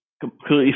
completely